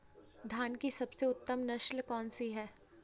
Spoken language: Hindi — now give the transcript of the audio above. धान की सबसे उत्तम नस्ल कौन सी है?